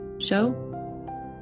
Show